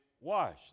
washed